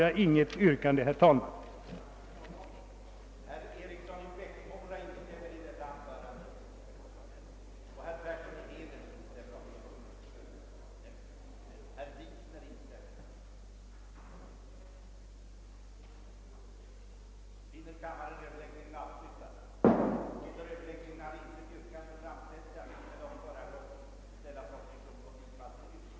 1. uppmana pågående statliga utredningar inom trafikpolitikens område att snarast fullfölja sina uppdrag, 2. uppdraga åt trafikpolitiska delegationen att dels samordna resultatet av nämnda utredningsarbete och i samband därmed verkställa en analys av den framtida utvecklingen inom transportområdet, dels föreslå de åtgärder i trafikpolitiskt hänseende vartill samordningen och analysen kunde föranleda,